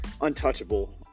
untouchable